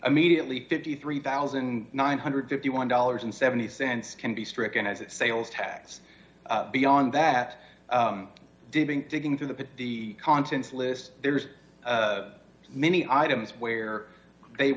immediately fifty three thousand nine hundred and fifty one dollars and seventy cents can be stricken as a sales tax beyond that digging digging through the the contents list there's many items where they